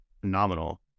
phenomenal